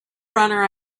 runner